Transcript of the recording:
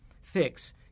Fix